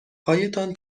هایتان